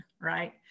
right